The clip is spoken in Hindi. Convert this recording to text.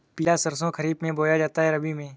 पिला सरसो खरीफ में बोया जाता है या रबी में?